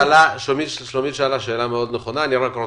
אצלכם, נכון?